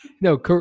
No